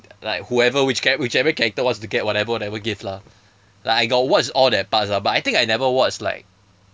like whoever which cha~ whichever character wants to get whatever whatever gift lah like I got watch all that parts lah but I think I never watch like